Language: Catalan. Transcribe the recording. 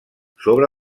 sobre